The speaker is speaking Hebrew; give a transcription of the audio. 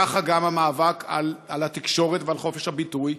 ככה גם המאבק על התקשורת ועל חופש הביטוי,